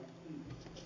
kiitos